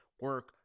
Work